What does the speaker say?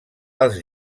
els